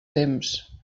temps